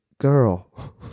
girl